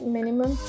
Minimum